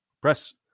Press